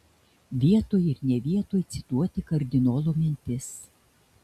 vietoj ir ne vietoj cituoti kardinolo mintis